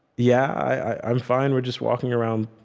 yeah, i'm fine. we're just walking around.